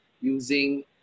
using